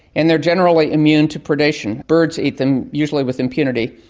and they're generally immune to predation. birds eat them usually with impunity,